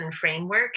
framework